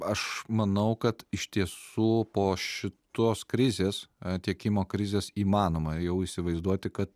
aš manau kad iš tiesų po šitos krizės tiekimo krizės įmanoma jau įsivaizduoti kad